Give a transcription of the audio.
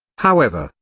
however,